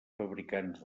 fabricants